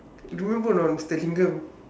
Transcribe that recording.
put on